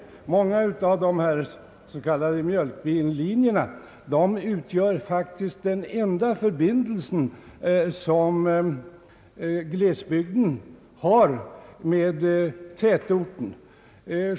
Många av dessa s.k. mjölkbillinjer utgör faktiskt den enda förbindelse som glesbygden har med tätorten.